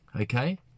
okay